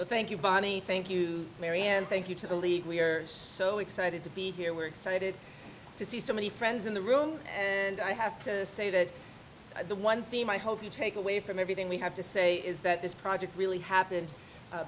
so thank you bonnie thank you mary and thank you to the league we're so excited to be here we're excited to see so many friends in the room and i have to say that the one theme i hope you take away from everything we have to say is that this project really happened